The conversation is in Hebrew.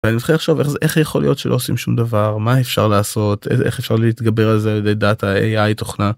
ואני מתחיל לחשוב, איך יכול להיות שלא עושים שום דבר, מה אפשר לעשות? איך אפשר להתגבר על זה לדעת ה-AI תוכנה.